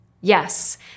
Yes